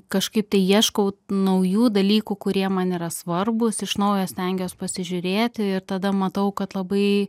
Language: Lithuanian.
kažkaip tai ieškau naujų dalykų kurie man yra svarbūs iš naujo stengiuos pasižiūrėti ir tada matau kad labai